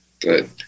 Good